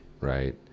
right